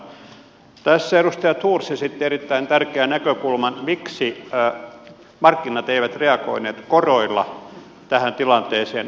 tässä edustaja thors esitti erittäin tärkeän näkökulman miksi markkinat eivät reagoineet koroilla tähän tilanteeseen ajoissa